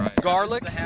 garlic